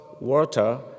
water